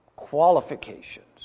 qualifications